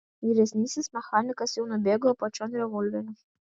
vyresnysis mechanikas jau nubėgo apačion revolverio